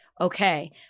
Okay